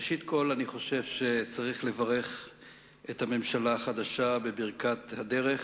ראשית כול אני חושב שצריך לברך את הממשלה החדשה בברכת הדרך.